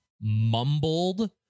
mumbled